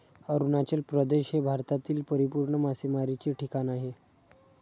अरुणाचल प्रदेश हे भारतातील परिपूर्ण मासेमारीचे ठिकाण आहे